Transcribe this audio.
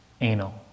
anal